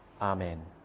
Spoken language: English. Amen